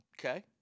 Okay